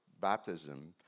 baptism